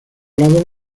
lado